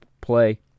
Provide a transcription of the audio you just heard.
play